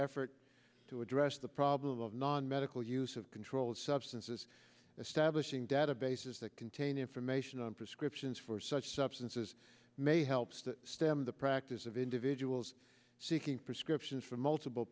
effort to address the problem of non medical use of controlled substances establishing databases that contain information on prescriptions for such substances may helps to stem the practice of individuals seeking prescriptions for multiple